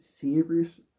serious